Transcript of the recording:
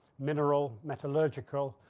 mineral metallurgical,